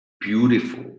beautiful